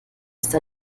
ist